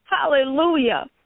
Hallelujah